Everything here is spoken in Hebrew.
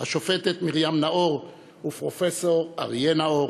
השופטת מרים נאור ופרופסור אריה נאור,